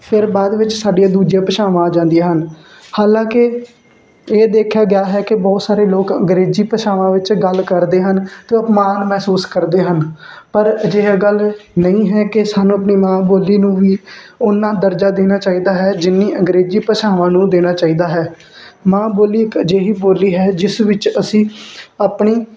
ਫਿਰ ਬਾਅਦ ਵਿੱਚ ਸਾਡੀਆਂ ਦੂਜੀਆਂ ਭਾਸ਼ਾਵਾਂ ਆ ਜਾਂਦੀਆਂ ਹਨ ਹਾਲਾਂਕਿ ਇਹ ਦੇਖਿਆ ਗਿਆ ਹੈ ਕਿ ਬਹੁਤ ਸਾਰੇ ਲੋਕ ਅੰਗਰੇਜ਼ੀ ਭਾਸ਼ਾਵਾਂ ਵਿੱਚ ਗੱਲ ਕਰਦੇ ਹਨ ਅਤੇ ਉਹ ਅਪਮਾਨ ਮਹਿਸੂਸ ਕਰਦੇ ਹਨ ਪਰ ਅਜਿਹਾ ਗੱਲ ਨਹੀਂ ਹੈ ਕਿ ਸਾਨੂੰ ਆਪਣੀ ਮਾਂ ਬੋਲੀ ਨੂੰ ਵੀ ਉਨਾਂ ਦਰਜਾ ਦੇਣਾ ਚਾਹੀਦਾ ਹੈ ਜਿੰਨੀ ਅੰਗਰੇਜ਼ੀ ਭਾਸ਼ਵਾਂ ਨੂੰ ਦੇਣਾ ਚਾਹੀਦਾ ਹੈ ਮਾਂ ਬੋਲੀ ਇੱਕ ਅਜਿਹੀ ਬੋਲੀ ਹੈ ਜਿਸ ਵਿੱਚ ਅਸੀਂ ਆਪਣੀ